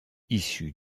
issu